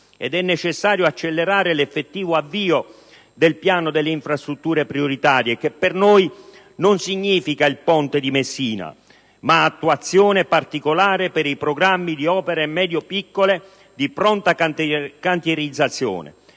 ed è necessario accelerare l'effettivo avvio del piano delle infrastrutture prioritarie, che per noi non significa il ponte di Messina, ma attuazione particolare per i programmi di opere medio-piccole di pronta cantierizzazione,